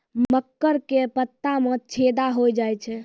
मकर के पत्ता मां छेदा हो जाए छै?